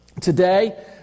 Today